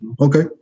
okay